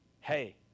hey